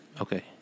Okay